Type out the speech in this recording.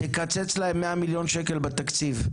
תקצץ להם מאה מיליון שקל בתקציב,